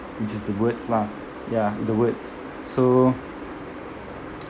which is the words lah ya the words so